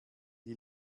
die